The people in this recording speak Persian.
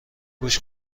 گوش